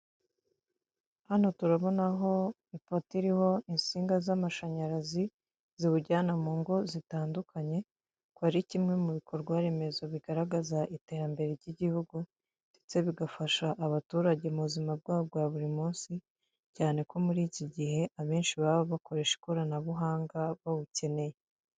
Hano turabonaho ipoto iriho insinga z'amashanyarazi, ziwujyana mu ngo zitandukanye, bikaba ari kimwe mu bikorwa remezo bigaragaza iterambere ry'igihugu, ndetse bigafasha abaturage mu buzima bwabwo bwa buri munsi, cyane ko muri iki gihe abenshi baba bakoresha ikoranabuhanga, bawukeneye.